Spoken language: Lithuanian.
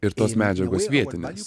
ir tos medžiagos vietinės